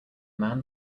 man